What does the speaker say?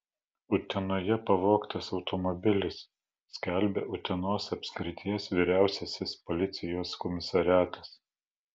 utenoje pavogtas automobilis skelbia utenos apskrities vyriausiasis policijos komisariatas